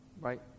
Right